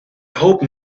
hope